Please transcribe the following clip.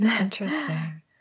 Interesting